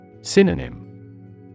Synonym